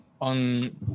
on